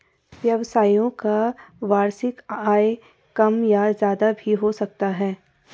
व्यवसायियों का वार्षिक आय कम या ज्यादा भी हो सकता है